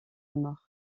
mort